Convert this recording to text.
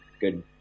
good